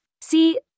See